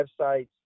websites